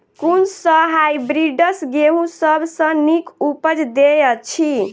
कुन सँ हायब्रिडस गेंहूँ सब सँ नीक उपज देय अछि?